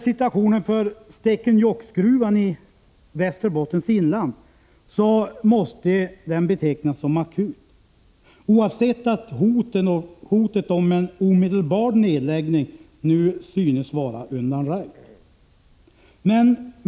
Situationen för Stekenjokkgruvan i Västerbottens inland måste betecknas som akut, oavsett att hotet om en omedelbar nedläggning nu synes vara undanröjt.